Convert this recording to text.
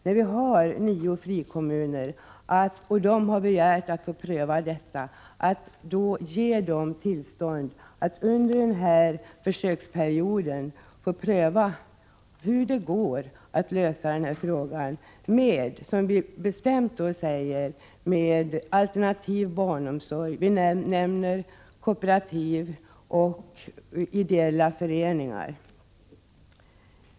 Det finns nio frikommuner, och det är väl utmärkt att ge dessa kommuner, sedan de själva begärt det, tillstånd att under den här försöksperioden pröva hur det går att lösa den här frågan. Utskottet uttalar bestämt att tillståndet gäller alternativ barnomsorg och nämner kooperativa och ideella föreningar.